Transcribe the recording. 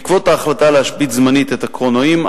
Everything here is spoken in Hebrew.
בעקבות ההחלטה להשבית זמנית את הקרונועים,